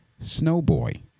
Snowboy